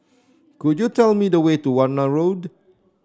could you tell me the way to Warna Road